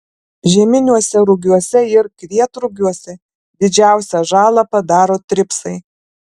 žieminiuose rugiuose ir kvietrugiuose didžiausią žalą padaro tripsai